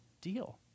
deal